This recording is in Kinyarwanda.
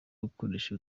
gukoresha